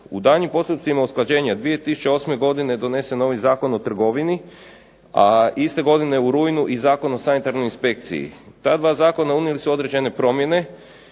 u daljnjim postupcima usklađenja 2008. godine donesen novi Zakon o trgovini, a iste godine u rujnu i Zakon o sanitarnoj inspekciji. Ta 2 zakona unijeli su određene promjene